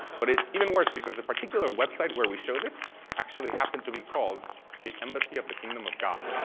but it's even worse because the particular website where we showed this actually happened to be called the embassy of the kingdom of god.